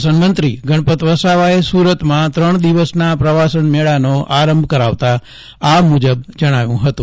પ્રવાસન મંત્રી ગણપત વસાવાએ સુરતમાં ત્રણ દિવસના પ્રવાસન મેળાનો આરંભ કરાવતા આ મુજબ જજ્જાવ્યું હતું